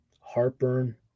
Heartburn